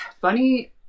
funny